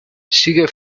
sigue